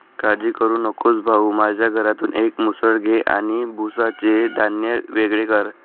काळजी करू नकोस भाऊ, माझ्या घरातून एक मुसळ घे आणि भुसाचे धान्य वेगळे कर